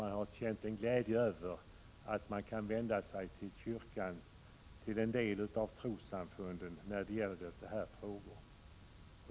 Man har känt en glädje över att man kunnat vända sig till kyrkan, till en del av trossamfunden, när det gäller dessa frågor.